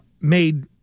made